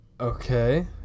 Okay